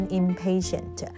，impatient 。